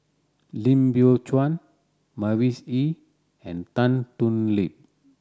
Lim Biow Chuan Mavis Hee and Tan Thoon Lip